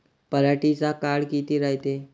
पराटीचा काळ किती रायते?